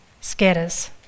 scatters